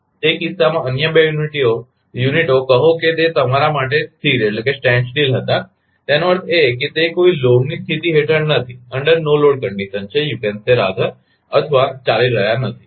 તેથી તે કિસ્સામાં અન્ય 2 યુનિટો કહો કે તે તમારા માટે સ્થિરઅટકેલા હતા તેનો અર્થ એ કે તે કોઈ લોડની સ્થિતિ હેઠળ નથી અથવા ચાલી રહ્યા નથી